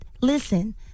listen